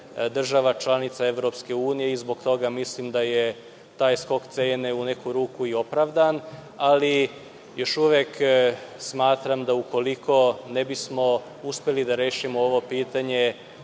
država članica EU i zbog toga mislim da je taj skok cene u neku ruku i opravdan. Ali, još uvek smatram da, ukoliko ne bismo uspeli da rešimo ovo pitanje,